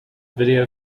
video